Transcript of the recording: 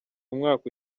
umwaka